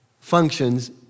functions